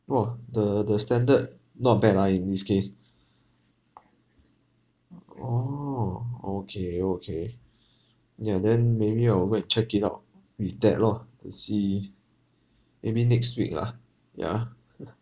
!wah! the the standard not bad lah in this case uh oh okay okay ya then maybe I'll go and check it out with that lor to see maybe next week lah yeah